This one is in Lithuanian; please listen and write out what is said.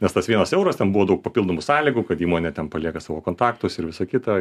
nes tas vienas euras ten buvo daug papildomų sąlygų kad įmonė ten palieka savo kontaktus ir visa kita